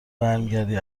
برمیگردی